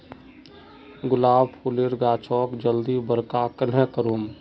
गुलाब फूलेर गाछोक जल्दी बड़का कन्हे करूम?